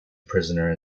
prisoner